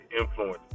influence